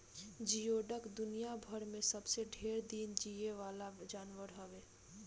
जियोडक दुनियाभर में सबसे ढेर दिन जीये वाला जानवर हवे